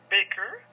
Baker